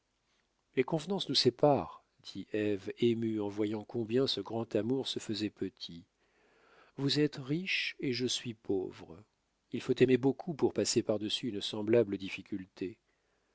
les convenances nous séparent dit ève émue en voyant combien ce grand amour se faisait petit vous êtes riche et je suis pauvre il faut aimer beaucoup pour passer par-dessus une semblable difficulté